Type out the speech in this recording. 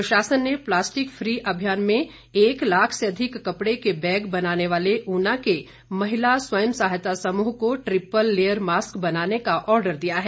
प्रशासन ने plastic free अभियान में एक लाख से अधिक कपड़े के बैग बनाने वाले ऊना के महिला स्वयं सहायता समूह को ट्रिप्पल लेयर मास्क बनाने का आर्डर दिया है